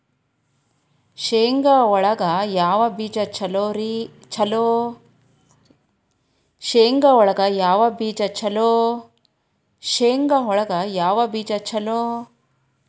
ಶೇಂಗಾ ಒಳಗ ಯಾವ ಬೇಜ ಛಲೋ?